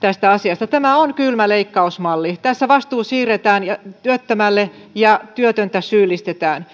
tästä asiasta tämä on kylmä leikkausmalli tässä vastuu siirretään työttömälle ja työtöntä syyllistetään